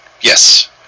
Yes